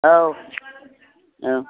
औ औ